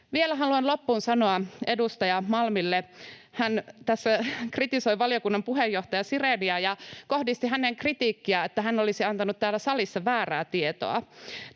Vielä haluan loppuun sanoa edustaja Malmille siitä, että hän tässä kritisoi valiokunnan puheenjohtaja Siréniä ja kohdisti häneen kritiikkiä, että hän olisi antanut täällä salissa väärää tietoa.